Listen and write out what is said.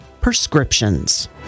prescriptions